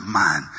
man